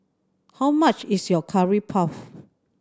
how much is Curry Puff